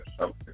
Okay